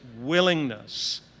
willingness